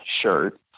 shirt